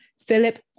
Philip